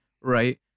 right